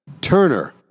Turner